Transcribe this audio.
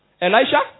Elisha